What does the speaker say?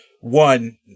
one